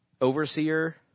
overseer